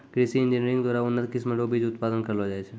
कृषि इंजीनियरिंग द्वारा उन्नत किस्म रो बीज उत्पादन करलो जाय छै